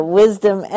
wisdom